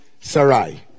Sarai